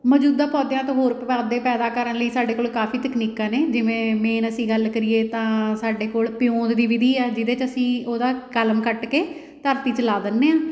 ਮੌਜੂਦਾ ਪੌਦਿਆਂ ਤੋਂ ਹੋਰ ਪੌਦੇ ਪੈਦਾ ਕਰਨ ਲਈ ਸਾਡੇ ਕੋਲ ਕਾਫੀ ਤਕਨੀਕਾਂ ਨੇ ਜਿਵੇਂ ਮੇਨ ਅਸੀਂ ਗੱਲ ਕਰੀਏ ਤਾਂ ਸਾਡੇ ਕੋਲ ਪਿਓਂਦ ਦੀ ਵਿਧੀ ਹੈ ਜਿਹਦੇ 'ਚ ਅਸੀਂ ਉਹਦਾ ਕਲਮ ਕੱਟ ਕੇ ਧਰਤੀ 'ਚ ਲਾ ਦਿੰਦੇ ਹਾਂ